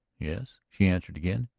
yes, she answered again.